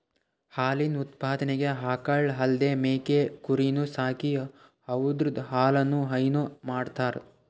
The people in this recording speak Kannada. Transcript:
ಹಾಲಿನ್ ಉತ್ಪಾದನೆಗ್ ಆಕಳ್ ಅಲ್ದೇ ಮೇಕೆ ಕುರಿನೂ ಸಾಕಿ ಅವುದ್ರ್ ಹಾಲನು ಹೈನಾ ಮಾಡ್ತರ್